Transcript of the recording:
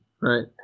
right